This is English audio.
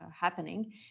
happening